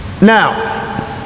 now